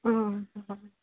অঁ হয়